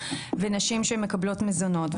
ונשים שמקבלות מזונות,